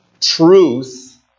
truth